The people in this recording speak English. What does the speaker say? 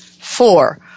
four